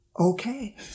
Okay